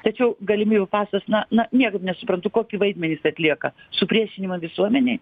tačiau galimybių pasas na na niekaip nesuprantu kokį vaidmenį jis atlieka supriešinimą visuomenėj